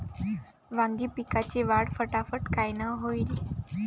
वांगी पिकाची वाढ फटाफट कायनं होईल?